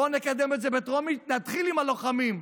בוא נקדם את זה בטרומית, נתחיל עם הלוחמים.